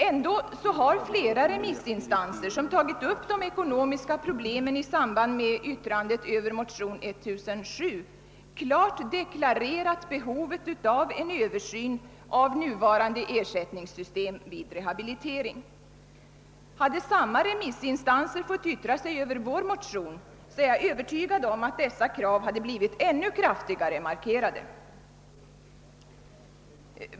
Ändå har flera remissinstanser, som tagit upp de ekonomiska problemen i samband med yttrande över motion nr 1007 klart deklarerat behovet av en översyn av nuvarande ersättningssystem vid rehabilitering. Hade samma remissinstanser fått yttra sig över våra motioner, är jag övertygad om att dessa krav hade blivit ännu kraftigare markerade.